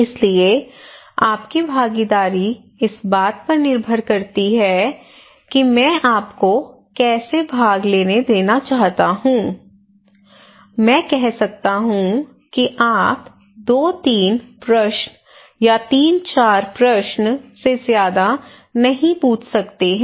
इसलिए आपकी भागीदारी इस बात पर निर्भर करती है कि मैं आपको कैसे भाग लेने देना चाहता हूं मैं कह सकता हूं कि आप दो तीन प्रश्न या तीन चार प्रश्न से ज्यादा नहीं पूछ सकते हैं